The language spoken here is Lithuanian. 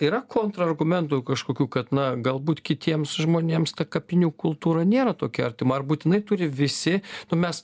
yra kontrargumentų kažkokių kad na galbūt kitiems žmonėms ta kapinių kultūra nėra tokia artima ar būtinai turi visi nu mes